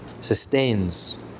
sustains